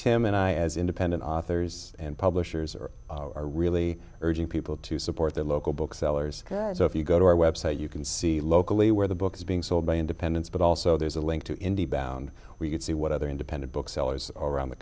tim and i as independent authors and publishers are are really urging people to support their local booksellers so if you go to our website you can see locally where the book is being sold by independents but also there's a link to india and we can see what other independent booksellers around the